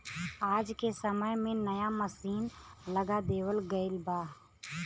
आज के समय में नया मसीन लगा देवल गयल बा